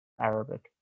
Arabic